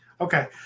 Okay